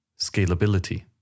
Scalability